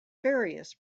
various